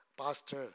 pastor